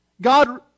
God